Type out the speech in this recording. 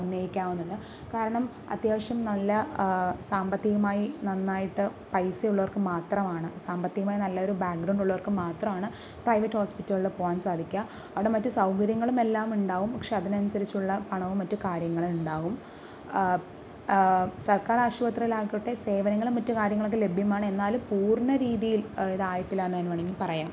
ഉന്നയിക്കാവുന്നത് കാരണം അത്യാവശ്യം നല്ല സാമ്പത്തികമായി നന്നായിട്ട് പൈസയുള്ളവർക്ക് മാത്രമാണ് സാമ്പത്തികമായി നല്ലൊരു ബാക്ക്ഗ്രൗണ്ടുള്ളവർക്ക് മാത്രമാണ് പ്രൈവറ്റ് ഹോസ്പിറ്റലുകളിൽ പോവാൻ സാധിക്കുക അവിടെ മറ്റ് സൗകര്യങ്ങളും എല്ലാം ഉണ്ടാവും പക്ഷേ അതിനനുസരിച്ചുള്ള പണവും മറ്റ് കാര്യങ്ങളുമുണ്ടാവും സർക്കാർ ആശുപത്രികളിൽ ആയിക്കോട്ടെ സേവനങ്ങളും മറ്റ് കാര്യങ്ങളും ഒക്കെ ലഭ്യമാണ് എന്നാൽ പൂർണ്ണരീതിയിൽ ഇതായിട്ടില്ല എന്ന് വേണമെങ്കിൽ പറയാം